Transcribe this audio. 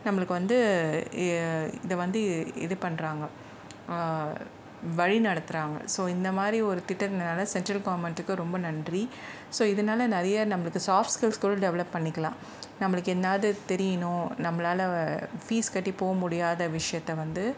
நம்மளுக்கு வந்து இதை வந்து இது பண்ணுறாங்க வழிநடத்துறாங்க ஸோ இந்த மாரி ஒரு திட்டத்துனால சென்ட்ரல் கவர்மெண்ட்டுக்கு ரொம்ப நன்றி ஸோ இதனால நிறைய நம்மளுக்கு சாப்ட் ஸ்கில்ஸ் கூட டெவலப் பண்ணிக்கலாம் நம்மளுக்கு என்னது தெரியணும் நம்மளால் ஃபீஸ் கட்டி போக முடியாத விஷயத்தை வந்து